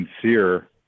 sincere